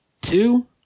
two